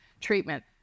treatment